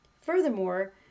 Furthermore